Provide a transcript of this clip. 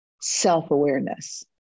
self-awareness